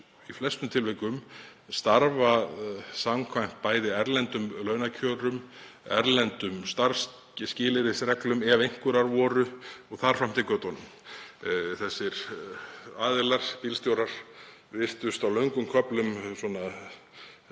í flestum tilvikum starfa samkvæmt bæði erlendum launakjörum, erlendum starfsskilyrðisreglum, ef einhverjar voru, og þar fram eftir götunum. Þessir aðilar, bílstjórar, virtust á löngum köflum búa í þeim